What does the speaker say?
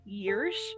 years